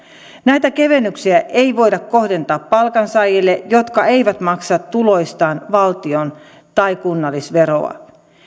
näitä kevennyksiä ei voida kohdentaa palkansaajille jotka eivät maksa tuloistaan valtionveroa tai kunnallisveroa